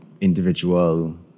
individual